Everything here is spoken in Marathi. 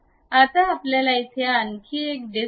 आता आपल्याला इथे आणखी एक डिस्क पाहिजे आहे